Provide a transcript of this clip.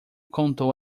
contou